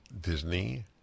Disney